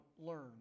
learn